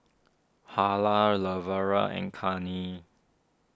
Harlan Lavera and Cannie